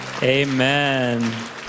Amen